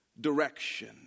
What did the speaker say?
direction